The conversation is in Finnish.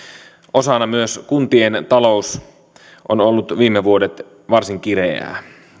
osana myös kuntien talous on ollut viime vuodet varsin kireää